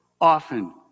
often